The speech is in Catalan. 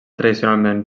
tradicionalment